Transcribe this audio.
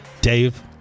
Dave